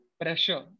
pressure